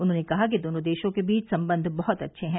उन्होंने कहा कि दोनों देशों के बीच संबंध बहत अच्छे हैं